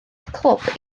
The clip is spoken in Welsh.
clwb